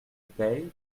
peille